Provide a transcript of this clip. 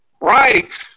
Right